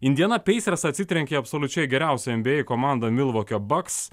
indiana pacers atsitrenkė į absoliučiai geriausią nba komandą milvokio bucks